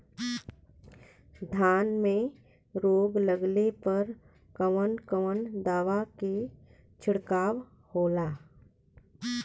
धान में रोग लगले पर कवन कवन दवा के छिड़काव होला?